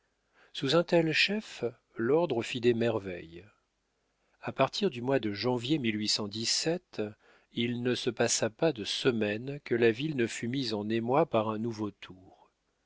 sous un tel chef l'ordre fit des merveilles a partir du mois de janvier il ne se passa pas de semaine que la ville ne fût mise en émoi par un nouveau tour